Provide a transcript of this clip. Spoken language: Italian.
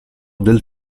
del